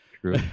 True